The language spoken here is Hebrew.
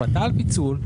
החלטה על פיצול.